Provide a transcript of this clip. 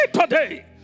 today